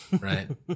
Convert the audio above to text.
right